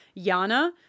Yana